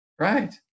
Right